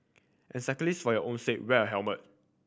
and cyclist for your own sake wear a helmet